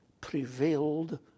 prevailed